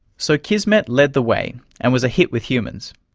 so kismet led the way and was a hit with humans,